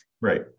Right